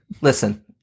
Listen